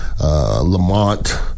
Lamont